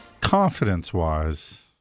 confidence-wise